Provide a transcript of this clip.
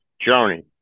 journey